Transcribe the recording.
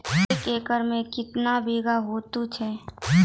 एक एकरऽ मे के बीघा हेतु छै?